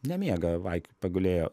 nemiega vaik pagulėjo